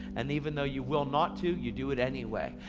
and even though you will not to, you do it anyway.